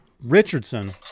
richardson